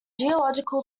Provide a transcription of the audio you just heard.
geological